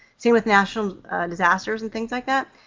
same with national disasters and things like that.